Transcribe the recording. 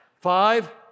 Five